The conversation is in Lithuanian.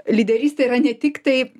lyderystė yra ne tik tai